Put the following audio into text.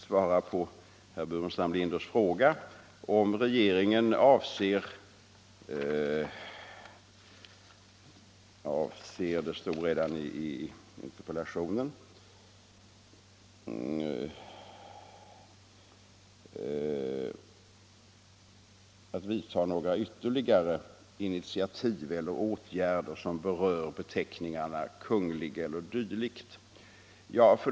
Sverige är fortfarande ett konungarike, även om herr Geijer inte tycker det, och våra ambassader företräder därför konungariket Sverige utomlands.